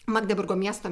magdeburgo miesto